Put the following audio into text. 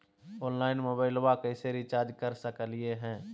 Online मोबाइलबा कैसे recharge कर सकलिए है?